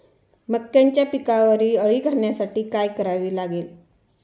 मक्याच्या पिकावरील अळी घालवण्यासाठी काय करावे लागेल?